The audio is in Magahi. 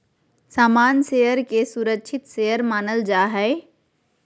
सामान्य शेयर के सुरक्षित शेयर मानल जा हय